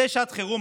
זו שעת חירום.